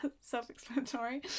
self-explanatory